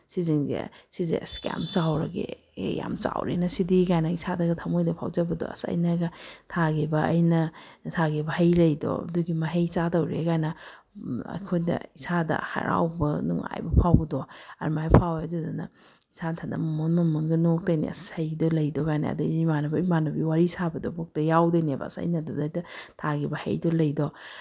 ꯁꯤꯁꯤꯡꯁꯦ ꯁꯤꯁꯦ ꯑꯁ ꯀꯌꯥꯝ ꯆꯥꯎꯔꯒꯦ ꯑꯦ ꯌꯥꯝ ꯆꯥꯎꯔꯦꯅ ꯁꯤꯗꯤ ꯀꯥꯏꯅ ꯏꯁꯥꯗꯒ ꯊꯝꯃꯣꯏꯗ ꯐꯥꯎꯖꯕꯗꯣ ꯑꯁ ꯑꯩꯅꯒ ꯊꯥꯈꯤꯕ ꯑꯩꯅ ꯊꯥꯈꯤꯕ ꯍꯩ ꯂꯩꯗꯣ ꯑꯗꯨꯒꯤ ꯃꯍꯩ ꯆꯥꯗꯧꯔꯦ ꯀꯥꯏꯅ ꯑꯩꯈꯣꯏꯗ ꯏꯁꯥꯗ ꯍꯔꯥꯎꯕ ꯅꯨꯡꯉꯥꯏꯕ ꯐꯥꯎꯕꯗꯣ ꯑꯗꯨꯃꯥꯏꯅ ꯐꯥꯎꯋꯦ ꯑꯗꯨꯗꯨꯅ ꯏꯁꯥ ꯏꯊꯟꯗ ꯃꯣꯃꯣꯟ ꯃꯣꯃꯣꯟꯒ ꯅꯣꯛꯇꯣꯏꯅꯤ ꯑꯁ ꯍꯩꯗꯣ ꯂꯩꯗꯣ ꯀꯥꯏꯅ ꯑꯗꯩꯗꯤ ꯏꯃꯥꯟꯅꯕ ꯏꯃꯥꯟꯅꯕꯤ ꯋꯥꯔꯤ ꯁꯥꯕꯗꯐꯥꯎꯇ ꯌꯥꯎꯗꯣꯏꯅꯦꯕ ꯑꯁ ꯑꯩꯅ ꯑꯗꯨꯗꯩꯗ ꯊꯥꯈꯤꯕ ꯍꯩꯗꯣ ꯂꯩꯗꯣ